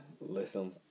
Listen